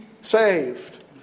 saved